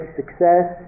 success